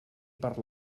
per